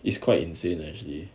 it's quite insane actually